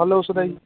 ଭଲ ଔଷଧ ଆସି